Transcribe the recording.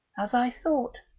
as i thought.